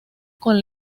con